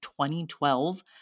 2012